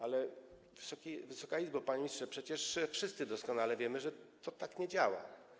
Ale, Wysoka Izbo, panie ministrze, przecież wszyscy doskonale wiemy, że to tak nie działa.